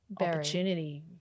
opportunity